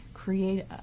create